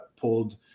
pulled